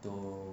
都